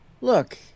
Look